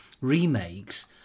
remakes